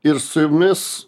ir su jumis